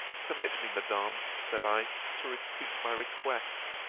permit me, madam, said i, to repeat my request.